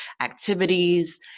activities